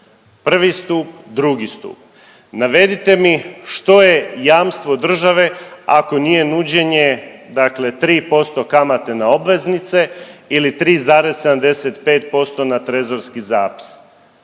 Prvi stup, drugi stup. Navedite mi što je jamstvo države ako nije nuđenje, dakle tri posto kamate na obveznice ili 3,75% na trezorski zapis.